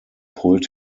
pulled